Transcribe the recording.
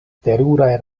teruraj